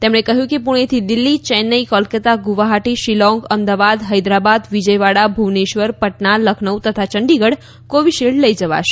તેમણે કહ્યું કે પુણેથી દિલ્હી ચેન્નાઇ કોલકતા ગુવહાટી શિલોંગ અમદાવાદ હૈદરાબાદ વિજયવાડા ભુવનેશ્વર પટના લખનૌ તથા યંડીગઢ કોવીશલ્ડ લઇ જવાશે